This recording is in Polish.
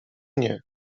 nie